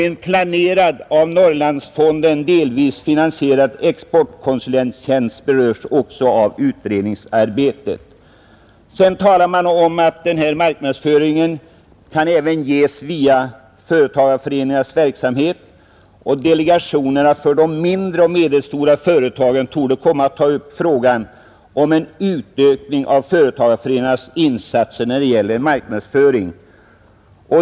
En planerad, av Norrlandsfonden delvis finansierad exportkonsulttjänst berörs också av utredningsarbetet. Det talas i betänkandet också om att ett visst stöd till marknadsföring även ges via företagareföreningarnas verksamhet. Delegationen för de mindre och medelstora företagen torde komma att ta upp frågan om en utökning av företagareföreningarnas insatser när det gäller marknadsföring.